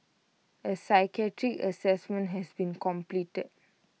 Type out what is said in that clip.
A psychiatric Assessment has been completed